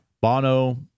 Bono